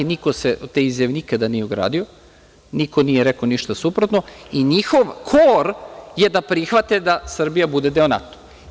Niko se od te izjave nikada nije ogradio, niko nije rekao ništa suprotno i njihov kor je da prihvate da Srbija bude deo NATO-a.